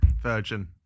virgin